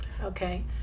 Okay